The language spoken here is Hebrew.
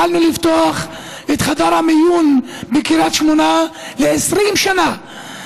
יכולנו לפתוח את חדר המיון בקריית שמונה ל-20 שנה,